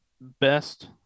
best